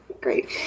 Great